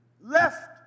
left